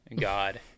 god